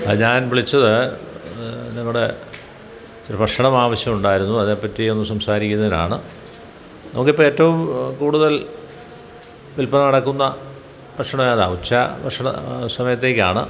ഞാൻ വിളിച്ചത് നിങ്ങടെ ഇച്ചിരെ ഭക്ഷണമാവശ്യമുണ്ടായിരുന്നു അതെപ്പറ്റി ഒന്നു സംസാരിക്കുന്നതിനാണ് നമുക്കിപ്പോള് ഏറ്റവും കൂടുതൽ വിൽപ്പന നടക്കുന്ന ഭക്ഷണമേതാണ് ഉച്ച ഭക്ഷണ സമയത്തേക്കാണ്